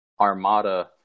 armada